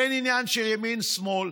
אין עניין של ימין שמאל,